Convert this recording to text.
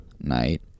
night